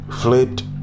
flipped